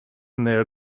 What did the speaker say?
near